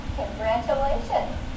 Congratulations